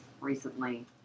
recently